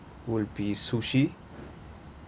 would be sushi